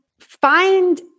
find